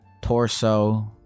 torso